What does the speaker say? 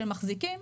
של מחזיקים,